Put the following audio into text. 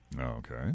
Okay